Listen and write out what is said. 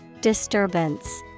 Disturbance